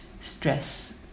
stress